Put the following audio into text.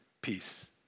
peace